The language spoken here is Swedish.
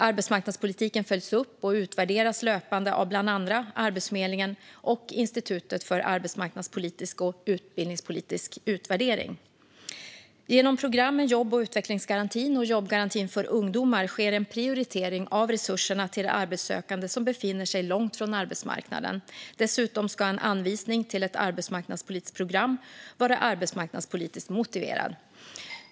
Arbetsmarknadspolitiken följs upp och utvärderas löpande av bland andra Arbetsförmedlingen och Institutet för arbetsmarknads och utbildningspolitisk utvärdering. Genom programmen jobb och utvecklingsgarantin och jobbgarantin för ungdomar sker en prioritering av resurserna till arbetssökande som befinner sig långt från arbetsmarknaden. Dessutom ska en anvisning till ett arbetsmarknadspolitiskt program vara arbetsmarknadspolitiskt motiverad.